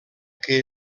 que